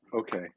Okay